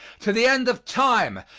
to the end of time,